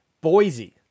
Boise